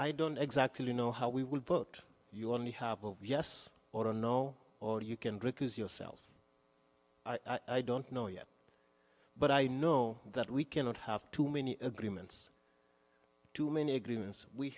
i don't exactly know how we will vote you only have a yes or no or you can drink as yourself i don't know yet but i know that we cannot have too many agreements too many agreements we